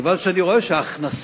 כיוון שאני רואה שההכנסות